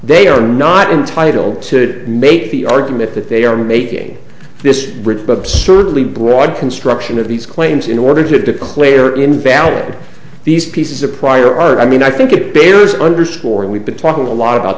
they are not entitled to make the argument that they are making this rebut absurdly broad construction of these claims in order to declare invalid these pieces of prior art i mean i think it bears underscore and we've been talking a lot